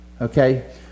okay